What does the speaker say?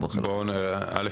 א',